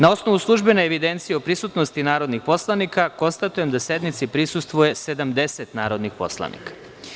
Na osnovu službene evidencije o prisutnosti narodnih poslanika, konstatujem da sednici prisustvuje 70 narodnih poslanika.